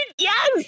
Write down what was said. yes